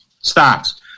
stocks